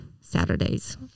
Saturdays